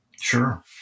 Sure